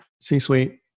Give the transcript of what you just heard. c-suite